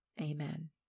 Amen